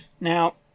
now